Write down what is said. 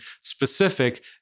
specific